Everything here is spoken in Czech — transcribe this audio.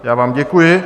Já vám děkuji.